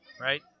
right